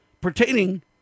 pertaining